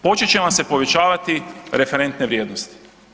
Počet će vam se povećavati referentne vrijednosti.